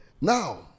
Now